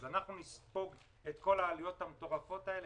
אז אנחנו נספוג את כל העלויות המטורפות האלה?